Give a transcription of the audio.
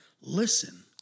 listen